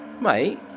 Mate